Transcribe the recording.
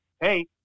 Hey